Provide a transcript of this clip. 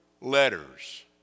letters